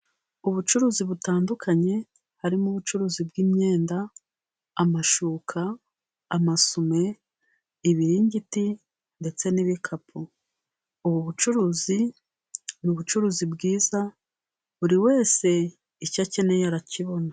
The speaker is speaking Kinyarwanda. Ubucuruzi butandukanye harimo ubucuruzi bw'imyenda: amashuka, amasume, ibiringiti ndetse n'ibikapu. ubu bucuruzi ni ubucuruzi bwiza buri wese icyo akeneye arakibona.